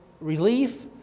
relief